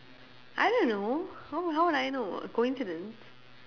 I don't know how how would I know a coincidence